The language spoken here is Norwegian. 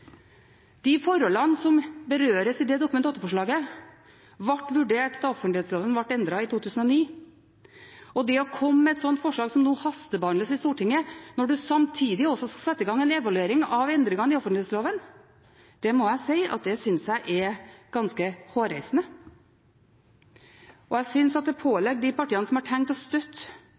De forholdene som berøres i dette Dokument 8-forslaget, ble vurdert da offentlighetsloven ble endret i 2009, og det å komme med et slikt forslag, som nå hastebehandles i Stortinget, når det samtidig også skal settes i gang en evaluering av endringene i offentlighetsloven, må jeg si jeg synes er ganske hårreisende. Jeg synes at det pålegger de partiene som har tenkt å støtte